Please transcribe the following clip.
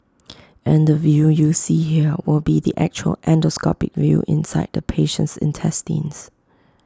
and the view you see here will be the actual endoscopic view inside the patient's intestines